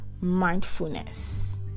mindfulness